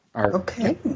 Okay